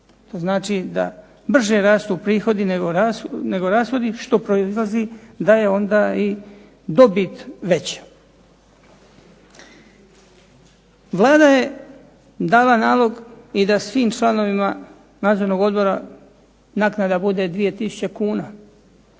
To znači da brže rastu prihodi nego rashodi što proizlazi da je onda i dobit veća. Vlada je dala nalog i da svim članovima nadzornim odborima naknada bude 2 tisuće kuna.